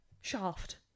shaft